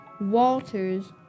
walters